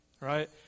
right